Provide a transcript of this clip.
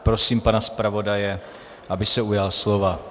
Prosím pana zpravodaje, aby se ujal slova.